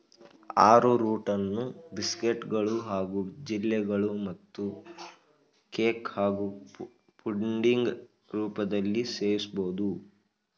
ಆರ್ರೋರೂಟನ್ನು ಬಿಸ್ಕೆಟ್ಗಳು ಹಾಗೂ ಜೆಲ್ಲಿಗಳು ಮತ್ತು ಕೇಕ್ ಹಾಗೂ ಪುಡಿಂಗ್ ರೂಪದಲ್ಲೀ ಸೇವಿಸ್ಬೋದು